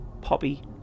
Poppy